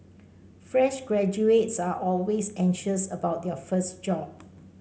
fresh graduates are always anxious about their first job